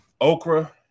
Okra